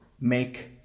make